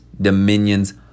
dominions